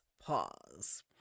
pause